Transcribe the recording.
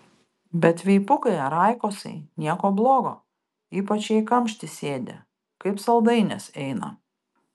bet veipukai ar aikosai nieko blogo ypač jei kamšty sėdi kaip saldainis eina